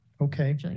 Okay